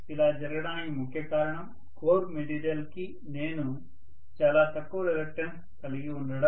ఇలా జరగడానికి ముఖ్య కారణం కోర్ మెటీరియల్ కి నేను చాలా చాలా తక్కువ రిలక్టన్స్ కలిగి ఉండడం